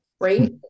right